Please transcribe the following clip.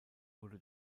wurde